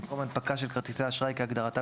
במקום "הנפקה של כרטיסי אשראי כהגדרתה